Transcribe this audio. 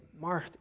Mark